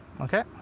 okay